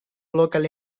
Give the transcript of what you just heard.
local